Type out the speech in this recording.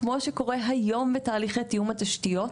כמו שקורה היום בתהליך תיאום התשתיות,